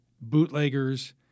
bootleggers